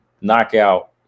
knockout